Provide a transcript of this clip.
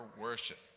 worship